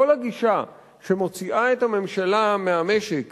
כל הגישה שמוציאה את הממשלה מהמשק